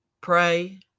Pray